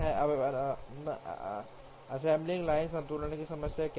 अब assembly line संतुलन की समस्या क्या है